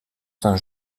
saint